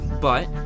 but-